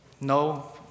no